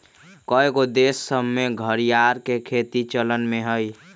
कएगो देश सभ में घरिआर के खेती चलन में हइ